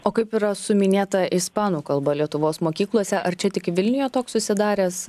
o kaip yra su minėta ispanų kalba lietuvos mokyklose ar čia tik vilniuje toks susidaręs